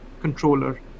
controller